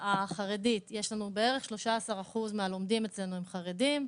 החרדית, יש לנו בערך 13% מהלומדים אצלנו הם חרדים.